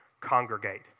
congregate